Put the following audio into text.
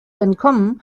entkommen